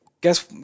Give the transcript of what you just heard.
Guess